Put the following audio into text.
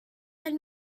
del